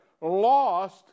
lost